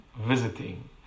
visiting